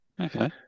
Okay